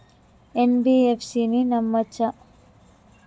NBFC ని నమ్మచ్చా?